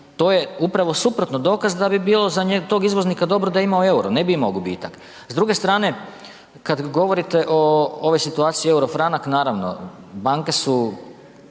to je upravo suprotno dokaz da bi bilo za tog izvoznika dobro da ima u euro, ne bi imao gubitak. S druge strane, kad govorite o ovoj situaciji euro, franak, naravno, banke su